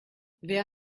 wer